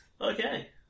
Okay